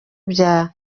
bya